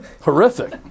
Horrific